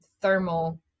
thermal